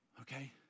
okay